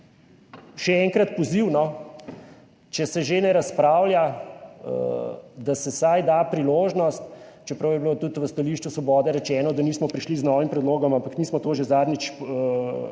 še enkrat poziv, no, če se že ne razpravlja, da se vsaj da priložnost, čeprav je bilo tudi v stališču Svobode rečeno, da nismo prišli z novim predlogom, ampak smo to že zadnjič